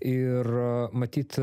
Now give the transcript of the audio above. ir a matyt